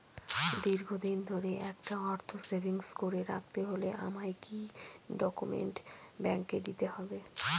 দীর্ঘদিন ধরে একটা অর্থ সেভিংস করে রাখতে হলে আমায় কি কি ডক্যুমেন্ট ব্যাংকে দিতে হবে?